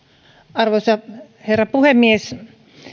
arvoisa herra puhemies